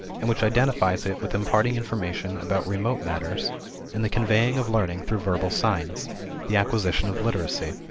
and which identifies it with imparting information about remote matters and the conveying of learning through verbal signs the acquisition of literacy.